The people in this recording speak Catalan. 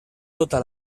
tota